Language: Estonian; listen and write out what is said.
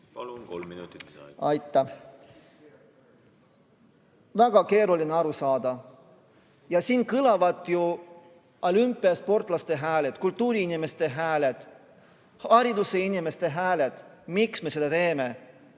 Palun! Kolm minutit lisaaega. Aitäh! Väga keeruline on aru saada. Siin kõlavad ju olümpiasportlaste hääled, kultuuriinimeste hääled, haridusinimeste hääled, et miks me seda teeme.